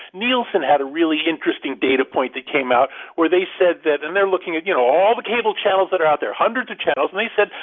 nielsen had a really interesting data point that came out where they said that and they're looking at, you know, all the cable channels that are out there, hundreds of channels. and they said,